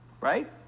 right